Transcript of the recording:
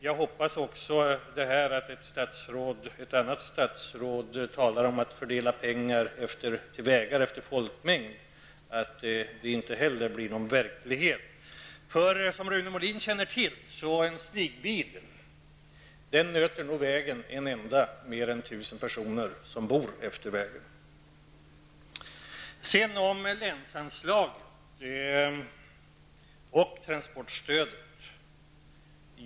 Ett annat statsråd har här talat om att fördela pengar till vägar efter folkmängden. Jag hoppas att inte heller det blir verklighet. Som Rune Molin känner till nöter slipbilen på vägen mer än tusen personer som bor efter vägen. Så om länsanslaget och transportstödet.